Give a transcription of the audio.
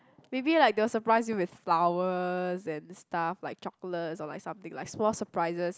maybe like they will surprise you with flowers and stuff like chocolates or like something like small surprises